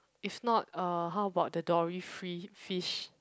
if not uh how about the dory free fish